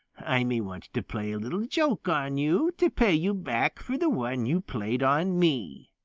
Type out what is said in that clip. i may want to play a little joke on you to pay you back for the one you played on me.